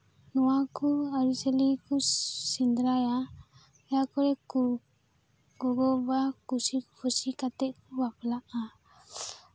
ᱱᱚᱣᱟ ᱠᱚ ᱟᱹᱨᱪᱟᱹᱠᱤ ᱠᱚ ᱥᱮᱸᱫᱽᱨᱟᱭᱟ ᱡᱟᱦᱟᱸ ᱠᱚᱨᱮ ᱠᱚ ᱜᱚᱜᱚ ᱵᱟᱵᱟ ᱠᱩᱥᱤ ᱠᱷᱩᱥᱤ ᱠᱟᱛᱮᱫ ᱠᱚ ᱵᱟᱯᱞᱟᱜᱼᱟ